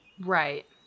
Right